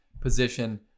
position